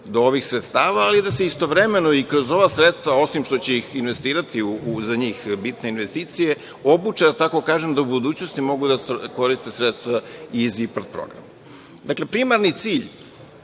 do ovih sredstava, ali da se istovremeno i kroz ova sredstva, osim što će ih investirati za bitne investicije obuče, da tako kažem, da u budućnosti mogu da koriste sredstva iz IPARD programa. Dakle, primarni cilj